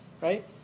right